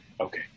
Okay